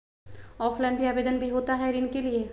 Offline भी आवेदन भी होता है ऋण के लिए?